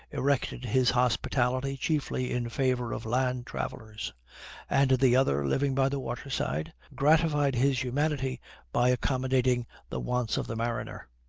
erected his hospitality chiefly in favor of land-travelers and the other, living by the water-side, gratified his humanity by accommodating the wants of the mariner.